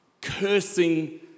Cursing